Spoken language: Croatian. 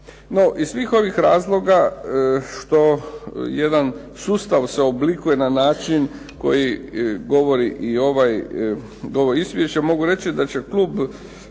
No, iz svih ovih razloga što jedan sustav se oblikuje na način koji govori i ovo izvješće mogu reći da će klub